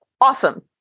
Awesome